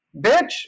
bitch